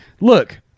look